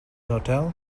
hotel